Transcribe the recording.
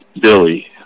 Billy